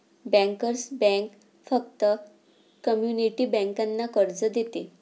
bankers bank फक्त community बँकांना कर्ज देते